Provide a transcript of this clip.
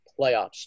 playoffs